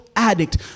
addict